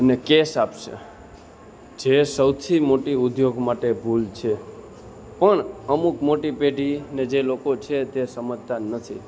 અને કેશ આપશે જે સૌથી મોટી ઉદ્યોગ માટે ભૂલ છે પણ અમુક મોટી પેઢીને જે લોકો છે તે સમજતા નથી